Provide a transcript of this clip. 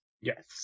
Yes